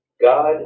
God